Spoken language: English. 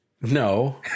No